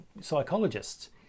psychologists